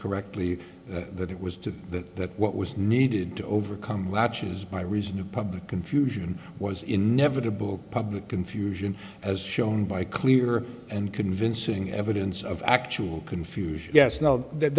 correctly that it was to the that what was needed to overcome latches by reason of public confusion was inevitable public confusion as shown by clear and convincing evidence of actual confusion yes no that